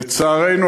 לצערנו,